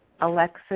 Alexis